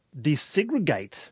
desegregate